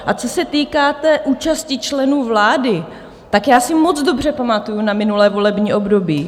A co se týká účasti členů vlády, já si moc dobře pamatuji na minulé volební období.